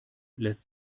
lässt